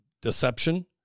Deception